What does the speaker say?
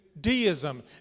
deism